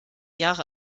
jahre